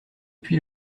puis